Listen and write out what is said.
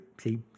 See